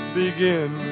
begin